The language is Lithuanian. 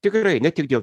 tikrai ne tik dėl